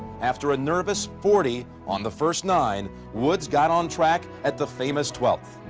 after a nervous forty on the first nine. woods got on track at the famous twelve.